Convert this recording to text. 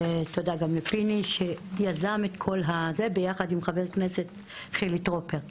תודה גם לפיני שיזם את כל זה יחד עם חבר הכנסת חילי טרופר.